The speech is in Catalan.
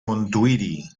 montuïri